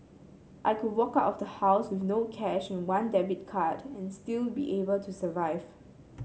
I could walk out of the house with no cash and one debit card and still be able to survive